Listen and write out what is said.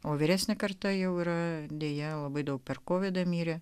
o vyresnė karta jau yra deja labai daug per kovidą mirė